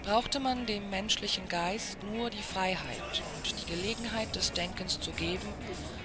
brauchte man dem menschlichen geist nur die freiheit und die gelegenheit des denkens zu geben